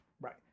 right